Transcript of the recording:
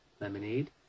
lemonade